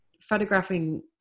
photographing